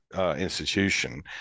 institution